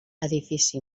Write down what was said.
edifici